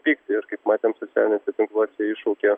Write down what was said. pyktį ir kaip matėm socialiniuose tinkluose iššaukė